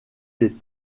des